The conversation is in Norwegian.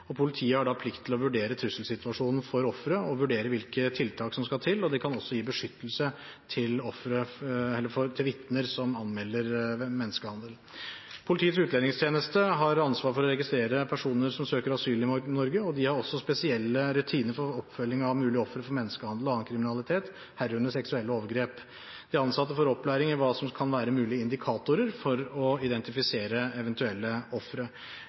Politiet har da plikt til å vurdere trusselsituasjonen for offeret og vurdere hvilke tiltak som skal til. De kan også gi beskyttelse til vitner som anmelder menneskehandel. Politiets utlendingsenhet har ansvar for å registrere personer som søker asyl i Norge, og de har også spesielle rutiner for oppfølging av mulige ofre for menneskehandel og annen kriminalitet, herunder seksuelle overgrep. De ansatte får opplæring i hva som kan være mulige indikatorer for å identifisere eventuelle ofre.